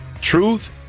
truth